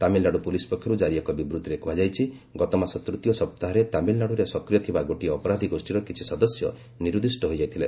Tamil Nadu police ପକ୍ଷରୁ କାରି ଏକ ବିବୃତ୍ତିରେ କୁହାଯାଇଛି ଗତମାସ ତୂତୀୟ ସପ୍ତାହରେ ତାମିଲ୍ନାଡୁରେ ସକ୍ରିୟ ଥିବା ଗୋଟିଏ ଅପରାଧୀ ଗୋଷୀର କିଛି ସଦସ୍ୟ ନିର୍ଦ୍ଦିଷ୍ଟ ହୋଇଯାଇଥିଲେ